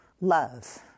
love